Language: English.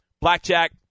Blackjack